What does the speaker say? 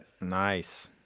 Nice